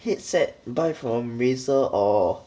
headset buy from Razor or